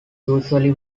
usually